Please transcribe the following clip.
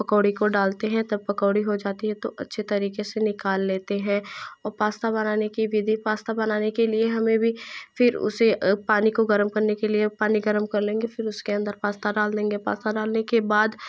पकौड़े को डालते हैं तब पकौड़े हो जाते हैं तो अच्छे तरीके से निकाल लेते हैं और पास्ता बनाने कि विधि पास्ता बनाने के लिए हमें भी फिर उसे पानी को गर्म करने के लिए पानी गर्म कर लेंगे फिर उसके अन्दर पास्ता डाल देंगे पास्ता डालने के बाद